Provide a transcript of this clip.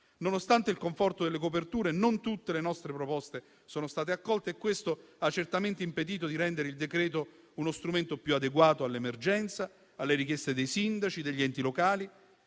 Nonostante il conforto delle coperture, non tutte le nostre proposte sono state accolte e questo ha certamente impedito di rendere il decreto-legge uno strumento più adeguato all'emergenza, alle richieste dei sindaci e degli enti locali.